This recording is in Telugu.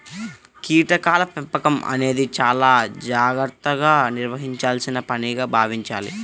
కీటకాల పెంపకం అనేది చాలా జాగర్తగా నిర్వహించాల్సిన పనిగా భావించాలి